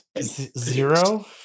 Zero